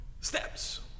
steps